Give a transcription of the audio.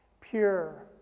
pure